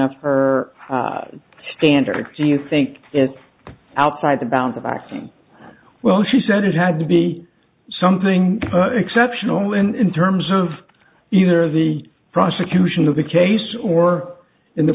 her standards do you think is outside the bounds of acting well she said it had to be something exceptional in terms of either the prosecution of the case or in the